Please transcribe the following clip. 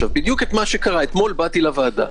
אתמול באתי לוועדה,